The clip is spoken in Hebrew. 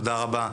תודה רבה.